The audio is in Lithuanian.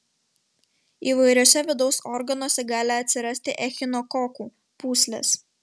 įvairiuose vidaus organuose gali atsirasti echinokokų pūslės